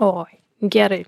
oi gerai